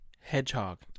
Hedgehog